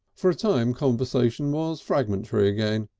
for a time conversation was fragmentary again.